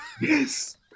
Yes